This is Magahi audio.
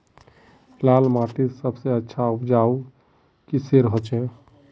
लाल माटित सबसे अच्छा उपजाऊ किसेर होचए?